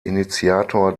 initiator